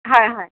হয় হয়